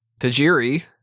Tajiri